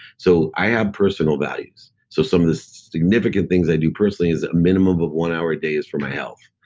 so i have personal values. so some of the significant things i do personally is a minimum of one hour a day is for my health.